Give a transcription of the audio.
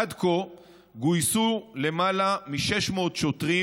עד כה גויסו למעלה מ-600 שוטרים,